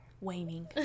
waning